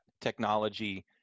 technology